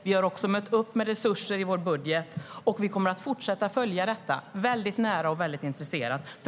Vi har också mött upp med resurser i vår budget, och vi kommer att fortsätta att följa detta, väldigt nära och väldigt intresserat.